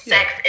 Sex